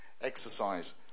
exercise